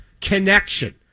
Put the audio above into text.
connection